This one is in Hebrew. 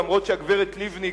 אף שהגברת לבני,